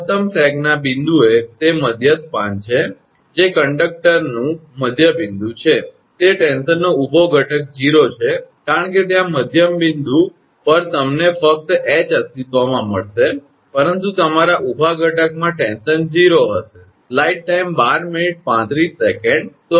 મહત્તમ સેગના બિંદુએ તે મધ્ય સ્પાન છે જે કંડક્ટરનૂં મધ્ય બિંદુ છે તે ટેન્શનનો ઊભો ઘટક 0 છે કારણ કે ત્યાં મધ્યમ બિંદુ પર તમને ફક્ત 𝐻 અસ્તિત્વમાં મળશે પરંતુ તમારા ઊભા ઘટકમાં ટેન્શન 0 હશે